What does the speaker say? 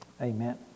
amen